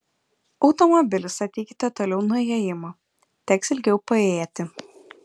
automobilį statykite toliau nuo įėjimo teks ilgiau paėjėti